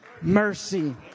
mercy